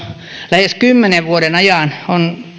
lähes kymmenen vuoden ajan on